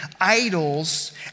idols